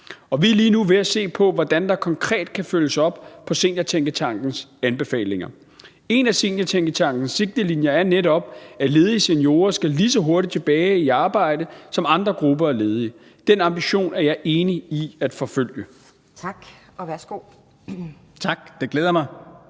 Vi er lige nu ved at se på, hvordan der konkret kan følges op på Seniortænketankens anbefalinger. En af Seniortænketankens sigtelinjer er netop, at ledige seniorer skal lige så hurtigt tilbage i arbejde som andre grupper af ledige. Den ambition er jeg enig i at forfølge. Kl. 18:09 Anden næstformand